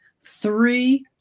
three